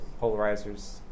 polarizers